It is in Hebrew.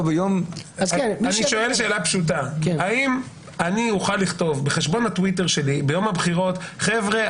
האם אני אוכל לכתוב בחשבון הטוויטר שלי ביום הבחירות: חבר'ה,